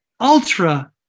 ultra